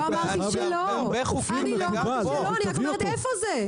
לא אמרתי שלא, אני רק שואלת איפה זה?